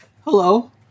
Hello